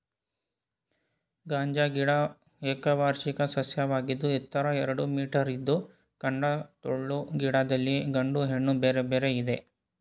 ಗಾಂಜಾ ಗಿಡ ಏಕವಾರ್ಷಿಕ ಸಸ್ಯವಾಗಿದ್ದು ಎತ್ತರ ಎರಡು ಮೀಟರಿದ್ದು ಕಾಂಡ ಟೊಳ್ಳು ಗಿಡದಲ್ಲಿ ಗಂಡು ಹೆಣ್ಣು ಬೇರೆ ಬೇರೆ ಇದೆ